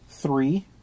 three